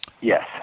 Yes